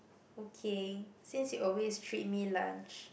okay since you always treat me lunch